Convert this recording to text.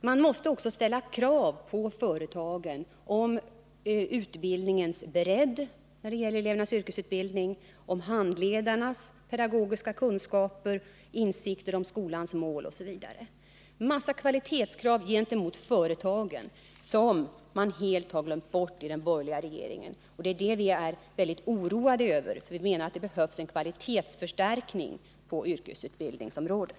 Man måste också ställa krav på företagen om utbildningens bredd när det gäller elevernas yrkesutbildning, om handledarnas pedagogiska kunskaper, insikter om utbildningens mål osv. Det är en massa kvalitetskrav gentemot företagen som man helt har glömt bort i den borgerliga regeringen. Det är det vi är väldigt oroade över. Vi menar att det behövs en kvalitetsförstärkning inom yrkesutbildningsområdet.